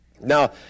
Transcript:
Now